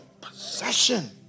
possession